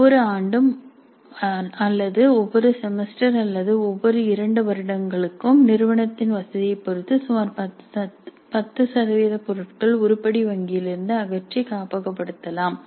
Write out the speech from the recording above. ஒவ்வொரு ஆண்டும் அல்லது ஒவ்வொரு செமஸ்டர் அல்லது ஒவ்வொரு 2 வருடங்களுக்கும் நிறுவனத்தின் வசதியைப் பொறுத்து சுமார் 10 சதவீத பொருட்களை உருப்படி வங்கியிலிருந்து அகற்றி காப்பகப்படுத்தலாம்